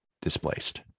displaced